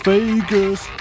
Vegas